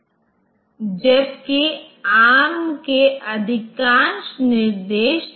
तो इस x के साथ मेरे पास अधिकतम मान 255 हो सकता है क्योंकि यह 8 बिट संख्या है